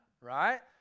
right